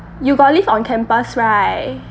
you got live on campus right